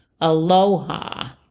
Aloha